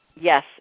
Yes